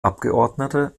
abgeordneter